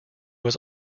was